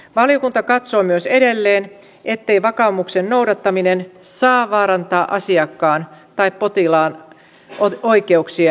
valiokunta katsoo myös edelleen ettei vakaumuksen noudattaminen saa vaarantaa asiakkaan tai potilaan oikeuksien toteutumista